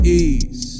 ease